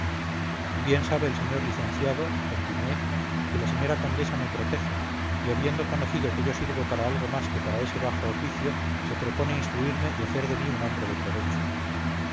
bien sabe el señor licenciado continué que la señora condesa me protege y habiendo conocido que yo sirvo para algo más que para ese bajo oficio se propone instruirme y hacer de mí un hombre de provecho